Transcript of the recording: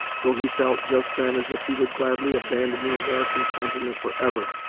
though he felt, just then, as if he would gladly abandon the american continent forever,